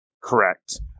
correct